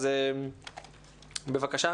אז בבקשה,